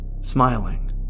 smiling